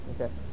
okay